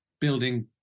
building